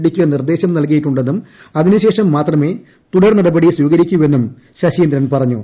D നിർദ്ദേശം നൽകിയിട്ടുണ്ടെന്നും അതിനുശേഷം മാത്രമേ തുടർനടപടി സ്വീകരിക്കൂവെന്നും ശശീന്ദ്രൻ പറഞ്ഞു